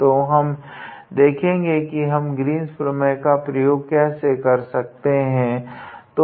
तो हम देखेगे की हम ग्रीन्स प्रमेय का प्रयोग कैसे कर सकते है